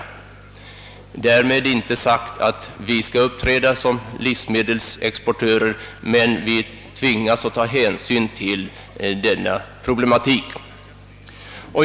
Därmed inte sagt att vi skall uppträda som livsmedelsexportörer, men vi tvingas ändå att ta hänsyn till denna problematik.